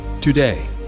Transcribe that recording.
Today